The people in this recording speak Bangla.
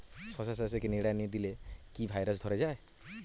শশা চাষে নিড়ানি দিলে কি ভাইরাস ধরে যায়?